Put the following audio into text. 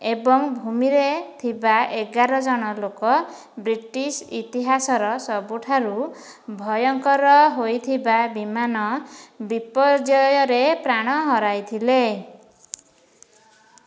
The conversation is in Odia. ଏବଂ ଭୂମିରେ ଥିବା ଏଗାର ଜଣ ଲୋକ ବ୍ରିଟିଶ ଇତିହାସର ସବୁଠାରୁ ଭୟଙ୍କର ହୋଇଥିବା ବିମାନ ବିପର୍ଯ୍ୟୟରେ ପ୍ରାଣ ହରାଇଥିଲେ